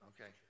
Okay